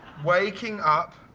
waking up